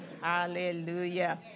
Hallelujah